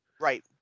Right